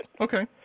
Okay